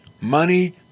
money